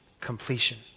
completion